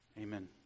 Amen